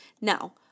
Now